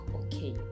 okay